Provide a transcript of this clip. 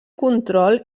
control